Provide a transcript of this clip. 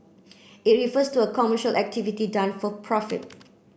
it refers to a commercial activity done for profit